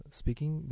speaking